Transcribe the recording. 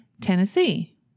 Tennessee